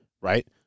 right